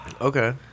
okay